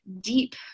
deep